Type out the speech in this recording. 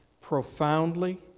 profoundly